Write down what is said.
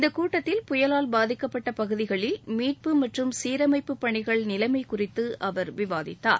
இந்த கூட்டத்தில் புயலால் பாதிக்கப்பட்ட பகுதிகளில் மீட்பு மற்றம் சீரமைப்பு பணிகள் நிலைமை குறித்து அவர் விவாதித்தார்